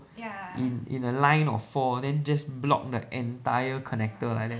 in in a line of four then just block like the entire connector like that